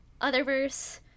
Otherverse